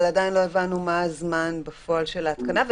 אבל עדיין לא הבנו מה הזמן בפועל של ההתקנה,